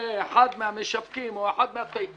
לאחד מהמשווקים או אחד מהטייקונים,